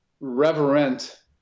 reverent